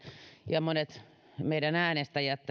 ja monet meidän äänestäjämme